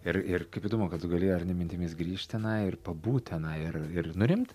ir ir kaip įdomu kad tu gali ar ne mintimis grįžt tenai ir pabūt tenai ir ir nurimt